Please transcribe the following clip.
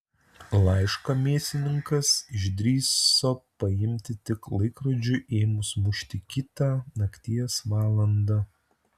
laišką mėsininkas išdrįso paimti tik laikrodžiui ėmus mušti kitą nakties valandą